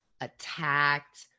attacked